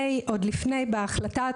עוד לפני,